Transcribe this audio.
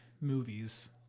movies